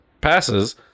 passes